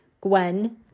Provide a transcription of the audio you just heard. Gwen